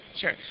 Sure